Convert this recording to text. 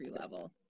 level